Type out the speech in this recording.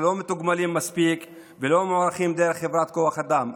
אנחנו לא מתוגמלים מספיק ולא מוערכים דרך חברת כוח אדם.